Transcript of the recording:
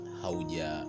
hauja